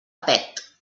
pet